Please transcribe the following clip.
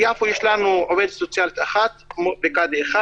ביפו יש לנו עובדת סוציאלית אחת וקאדי אחד.